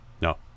no